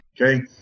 Okay